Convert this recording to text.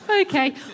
Okay